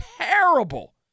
terrible